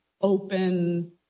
open